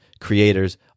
creators